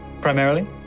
primarily